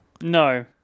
No